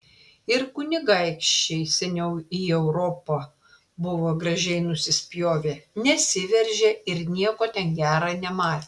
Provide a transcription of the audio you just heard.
ir kunigaikščiai seniau į europą buvo gražiai nusispjovę nesiveržė ir nieko ten gera nematė